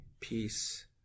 peace